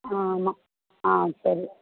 ஆமாம் ஆ சரி